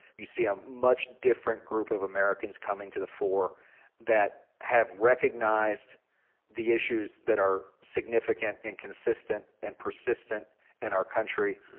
you see a much different group of americans coming to the fore that have recognized the issues that are significant, and consistent, and persistent in and our country.